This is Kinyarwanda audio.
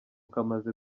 kamaze